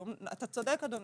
אתה צודק, אדוני,